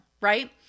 right